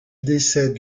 décède